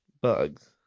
bugs